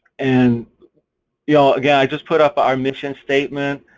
and yeah again, i just put up our mission statement,